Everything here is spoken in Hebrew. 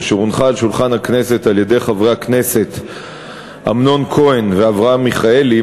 אשר הונחה על שולחן הכנסת על-ידי חברי הכנסת אמנון כהן ואברהם מיכאלי,